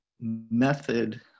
method